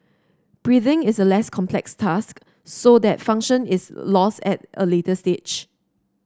breathing is a less complex task so that function is lost at a later stage